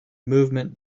movement